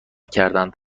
کردند